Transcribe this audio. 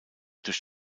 durch